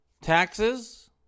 taxes